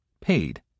paid